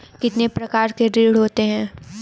कितने प्रकार के ऋण होते हैं?